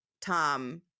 Tom